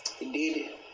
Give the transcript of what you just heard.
Indeed